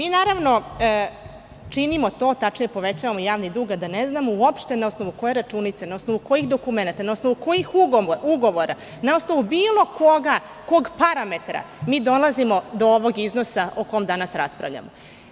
I naravno činimo to, tačnije povećavamo javni dug a da ne znamo uopšte na osnvu koje računice, na osnovu kojih dokumenata, na osnovu kojih ugovora, na osnovu bilo koga parametra mi dolazimo do ovog iznosa o kom danas raspravljamo.